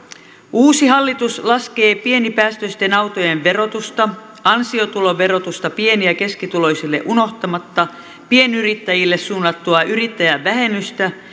uusi hallitus laskee pienipäästöisten autojen verotusta ansiotuloverotusta pieni ja keskituloisille unohtamatta pienyrittäjille suunnattua yrittäjävähennystä